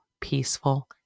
peaceful